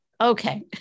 Okay